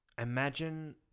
imagine